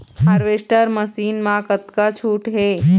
Harvester machine मा कतका छूट हे?